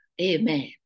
Amen